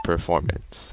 performance